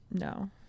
No